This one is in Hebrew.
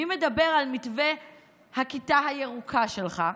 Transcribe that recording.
מי מדבר על מתווה הכיתה הירוקה שלך?